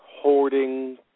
hoarding